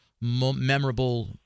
memorable